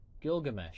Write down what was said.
Gilgamesh